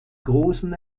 großen